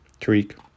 Tariq